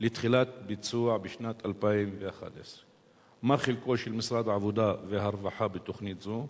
לתחילת ביצוע בשנת 2011. מה חלקו של משרד העבודה והרווחה בתוכנית זו?